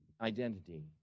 Identity